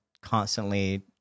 constantly